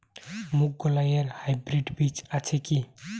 মুগকলাই এর হাইব্রিড বীজ আছে কি?